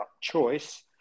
choice